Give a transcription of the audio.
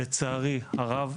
לצערי הרב,